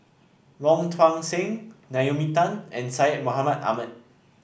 Wong Tuang Seng Naomi Tan and Syed Mohamed Ahmed